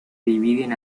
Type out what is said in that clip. dividen